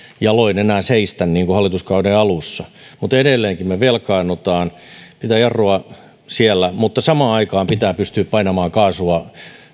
jaloin enää seistä niin kuin hallituskauden alussa mutta edelleenkin me velkaannumme pitää pitää jarrua siellä mutta samaan aikaan pitää pystyä painamaan kaasua